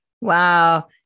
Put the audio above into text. Wow